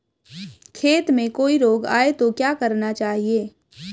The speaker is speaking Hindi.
खेत में कोई रोग आये तो क्या करना चाहिए?